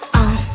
on